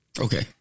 Okay